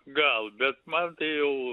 gal bet man tai jau